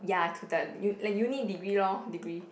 ya two third u~ like uni degree lor degree